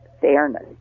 fairness